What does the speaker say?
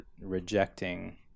rejecting